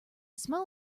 smell